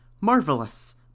Marvelous